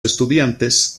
estudiantes